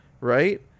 right